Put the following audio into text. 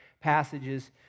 passages